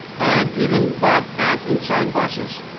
and even bought ads inside buses.